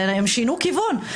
והם שינו כיוון.